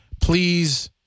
please